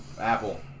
Apple